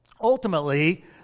ultimately